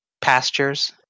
pastures